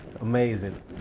Amazing